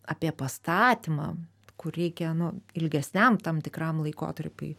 apie pastatymą kur reikia nu ilgesniam tam tikram laikotarpiui